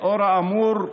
לאור האמור,